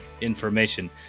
information